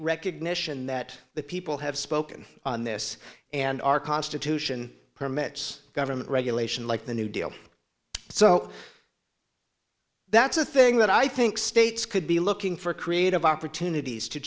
recognition that the people have spoken on this and our constitution permits government regulation like the new deal so that's a thing that i think states could be looking for creative opportunities to